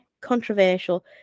controversial